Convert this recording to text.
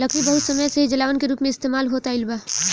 लकड़ी बहुत समय से ही जलावन के रूप में इस्तेमाल होत आईल बा